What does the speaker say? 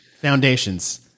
foundations